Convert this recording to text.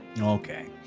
Okay